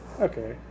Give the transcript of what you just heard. okay